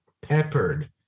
peppered